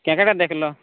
କେନ୍ତାଟା ଦେଖିଲୁ